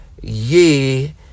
Ye